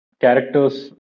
characters